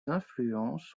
influences